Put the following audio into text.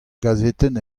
gazetenn